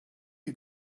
you